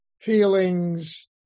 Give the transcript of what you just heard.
feelings